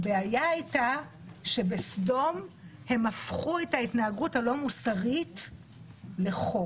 הבעיה הייתה שבסדום הם הפכו את ההתנהגות הלא מוסרית לחוק.